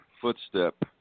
footstep